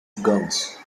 guns